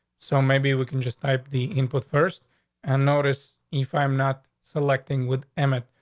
so maybe we can just type the input first and notice. if i'm not selecting with them,